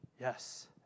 Yes